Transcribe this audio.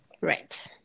Right